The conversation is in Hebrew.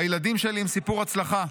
הילדים שלי הם סיפור הצלחה,